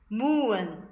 moon